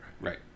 Right